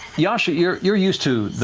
yasha, you're you're used to